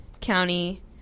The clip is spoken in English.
County